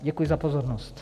Děkuji za pozornost.